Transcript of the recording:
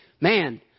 man